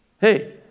Hey